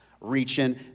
Reaching